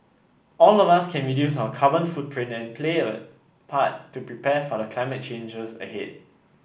all of us can reduce our carbon footprint and play a part to prepare for the climate challenges ahead